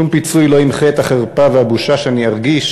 שום פיצוי לא ימחה את החרפה והבושה שאני ארגיש